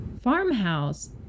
Farmhouse